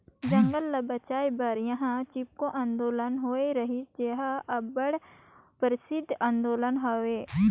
जंगल ल बंचाए बर इहां चिपको आंदोलन होए रहिस जेहर अब्बड़ परसिद्ध आंदोलन हवे